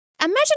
Imagine